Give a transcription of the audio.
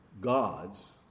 God's